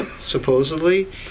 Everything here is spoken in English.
supposedly